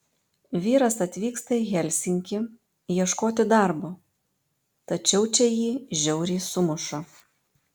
vyras atvyksta į helsinkį ieškoti darbo tačiau čia jį žiauriai sumuša